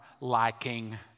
liking